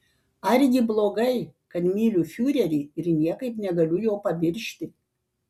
argi blogai kad myliu fiurerį ir niekaip negaliu jo pamiršti